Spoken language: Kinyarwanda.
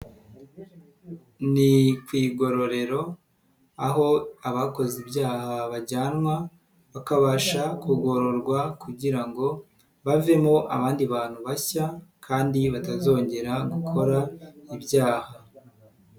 Ni ku igororero, aho abakoze ibyaha bajyanwa bakabasha kugororwa kugira ngo bavemo abandi bantu bashya kandi batazongera gukora ibyaha.